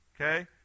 Okay